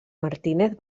martínez